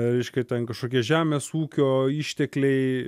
reiškia ten kažkokie žemės ūkio ištekliai